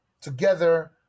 Together